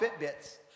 Fitbits